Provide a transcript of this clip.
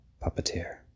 Puppeteer